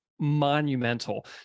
monumental